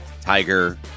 Tiger